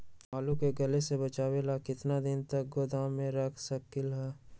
आलू के गले से बचाबे ला कितना दिन तक गोदाम में रख सकली ह?